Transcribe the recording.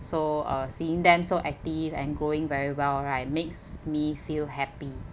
so uh seeing them so active and growing very well right makes me feel happy